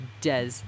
des